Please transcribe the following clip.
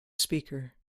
speaker